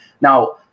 Now